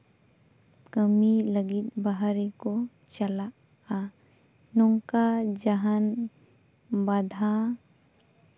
ᱠᱟᱹᱢᱤ ᱞᱟᱹᱜᱤᱫ ᱵᱟᱦᱨᱮ ᱠᱚ ᱪᱟᱞᱟᱜᱼᱟ ᱱᱚᱝᱠᱟ ᱡᱟᱦᱟᱱ ᱵᱟᱫᱷᱟ